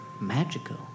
magical